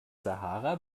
sahara